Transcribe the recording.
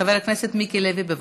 חבר הכנסת מיקי לוי, בבקשה.